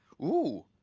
ooh,